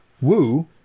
Woo